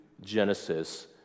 Genesis